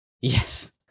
Yes